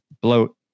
bloat